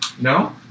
no